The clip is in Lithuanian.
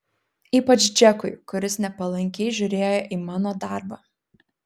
ypač džekui kuris nepalankiai žiūrėjo į mano darbą